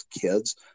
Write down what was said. kids